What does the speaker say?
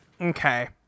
Okay